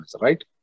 right